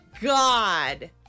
god